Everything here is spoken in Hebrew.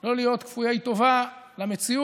לא להיות כפויי טובה למציאות,